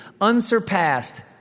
unsurpassed